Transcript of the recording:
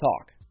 talk